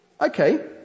Okay